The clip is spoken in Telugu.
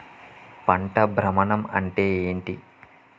పంట భ్రమణం అంటే ఏంటి?